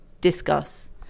Discuss